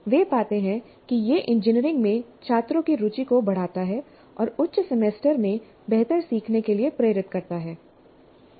वे पाते हैं कि यह इंजीनियरिंग में छात्रों की रुचि को बढ़ाता है और उच्च सेमेस्टर में बेहतर सीखने के लिए प्रेरित करता है